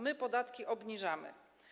My podatki obniżamy.